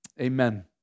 Amen